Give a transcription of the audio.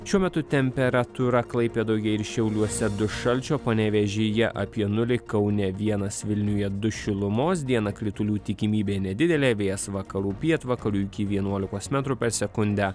šiuo metu temperatūra klaipėdoje ir šiauliuose du šalčio panevėžyje apie nulį kaune vienas vilniuje du šilumos dieną kritulių tikimybė nedidelė vėjas vakarų pietvakarių iki vienuolikos metrų per sekundę